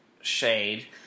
shade